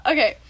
Okay